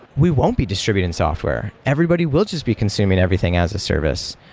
we won't be distributing software. everybody will just be consuming everything as a service.